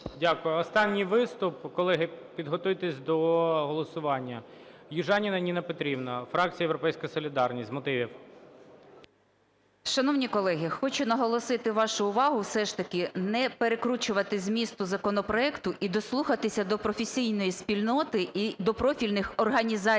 Дякую. Останній виступ, колеги. Підготуйтесь до голосування. Южаніна Ніна Петрівна, фракція "Європейська солідарність". З мотивів. 16:33:20 ЮЖАНІНА Н.П. Шановні колеги, хочу наголосити вашу увагу все ж таки не перекручувати змісту законопроекту і дослухатися до професійної спільноти і до профільних організацій,